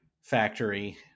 factory